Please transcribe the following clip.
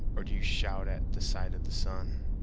or do you shout at the sight of the sun?